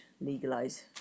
legalise